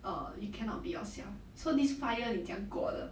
err you cannot be yourself so these five years 你怎样过的